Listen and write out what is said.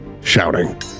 shouting